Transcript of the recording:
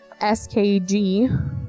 SKG